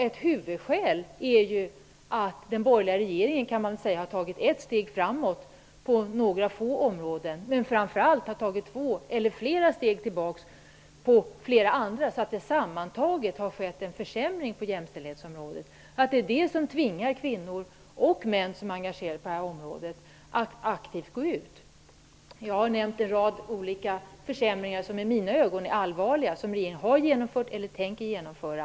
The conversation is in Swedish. Ett huvudskäl är att den borgerliga regeringen kan sägas ha tagit ett steg framåt på några få områden men två eller flera steg bakåt på många andra områden. Sammantaget har det skett en försämring på jämställdhetsområdet. Det är detta som tvingar kvinnor och män, som är engagerade på det här området, att gå ut aktivt. Jag har räknat upp en rad försämringar, som i mina ögon är allvarliga, som regeringen har genomfört eller tänker genomföra.